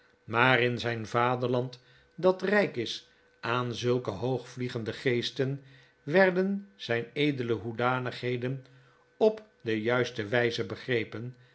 maar in zijn vaderland dat rijk is aan zulke hoogvliegende geesten werden zijn edele hoedanigheden op de juiste wijze begrepen